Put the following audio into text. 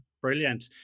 Brilliant